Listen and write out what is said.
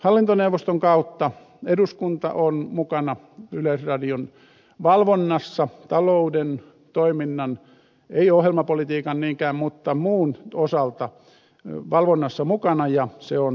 hallintoneuvoston kautta eduskunta on mukana yleisradion valvonnassa talouden toiminnan ei ohjelmapolitiikan niinkään mutta muun osalta ja se on ihan hyvä